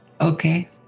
Okay